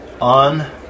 on